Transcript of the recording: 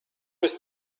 ist